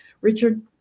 Richard